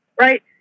Right